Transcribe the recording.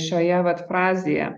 šioje vat frazėje